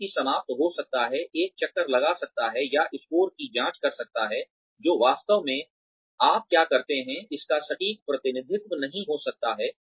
व्यक्ति समाप्त हो सकता है एक चक्कर लगा सकता है या स्कोर की जांच कर सकता है जो वास्तव में आप क्या करते हैं इसका सटीक प्रतिनिधित्व नहीं हो सकता है